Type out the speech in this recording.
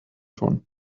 tun